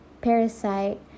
Parasite